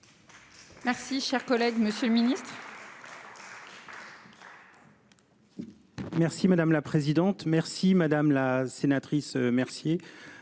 Merci, cher collègue, Monsieur le Ministre.